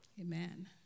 Amen